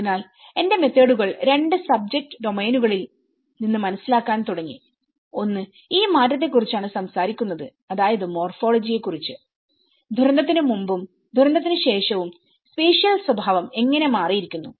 അതിനാൽ എന്റെ മെത്തോഡുകൾ രണ്ട് സബ്ജെക്ട് ഡൊമെയ്നുകളിൽ നിന്ന് മനസ്സിലാക്കാൻ തുടങ്ങി ഒന്ന് ഈ മാറ്റത്തെക്കുറിച്ചാണ് സംസാരിക്കുന്നത് അതായത് മോർഫോളജി യെ കുറിച്ച് ദുരന്തത്തിന് മുമ്പും ദുരന്തത്തിന് ശേഷവും സ്പേഷ്യൽ സ്വഭാവം എങ്ങനെ മാറിയിരിക്കുന്നു